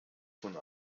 von